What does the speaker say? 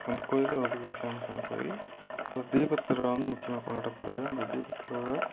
அந்த கோவிலும் அதுக்குதான் ஃபேமஸான கோவில் அது தீபத்திருவிழான்னு முக்கியமாக கொண்டாடப்படுது அந்த தீபத்திருவிழா